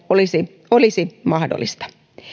olisi olisi mahdollista